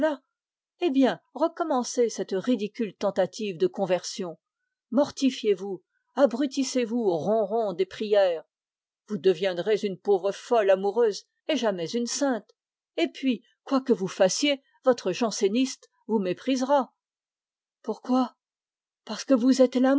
recommencez donc cette ridicule tentative de conversion mortifiez vous abrutissez vous au ronron des prières vous deviendrez une folle amoureuse et jamais une sainte et quoi que vous fassiez votre janséniste vous méprisera pourquoi parce que vous êtes